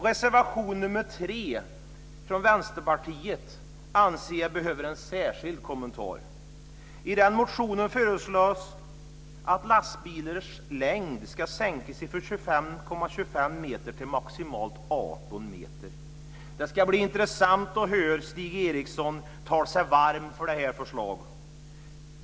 Reservation nr 3 från Vänsterpartiet behöver en särskild kommentar, anser jag. I en motion föreslås att lastbilarnas längd ska minskas från 25,25 meter till maximalt 18 meter. Det ska bli intressant att höra Stig Eriksson tala sig varm för detta förslag.